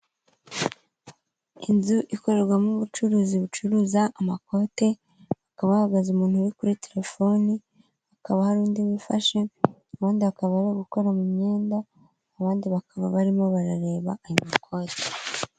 Inzu ikorerwamo ubucuruzi bucuruza amakote, hakaba hahagaze umuntu uri kuri telefoni, hakaba hari undi wifashe, abandi bakaba bari gukora mu myenda, abandi bakaba barimo barareba ayo makote.